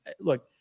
look